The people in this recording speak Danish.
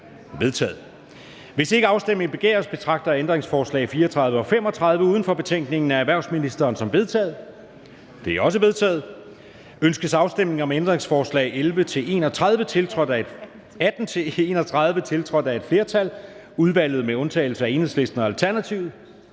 Hvis ikke afstemning begæres, betragter jeg ændringsforslag nr. 34 og 35, uden for betænkningen, af erhvervsministeren, som vedtaget. De er vedtaget. Ønskes afstemning om ændringsforslag nr. 18-31, tiltrådt af et flertal, udvalget med undtagelse af EL og ALT? De er vedtaget.